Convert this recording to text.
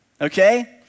Okay